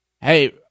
Hey